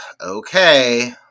okay